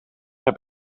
heb